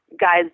guys